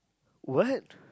what